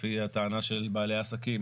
לפי הטענה של בעלי עסקים,